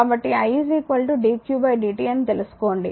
కాబట్టి i dq dt అని తెలుసుకోండి